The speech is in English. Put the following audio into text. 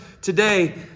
today